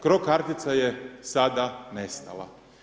Cro kartica je sada nestala.